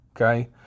okay